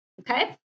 okay